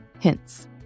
hints